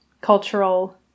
cultural